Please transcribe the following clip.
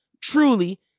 Truly